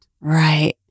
Right